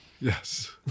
Yes